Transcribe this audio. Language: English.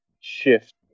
shift